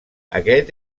aquest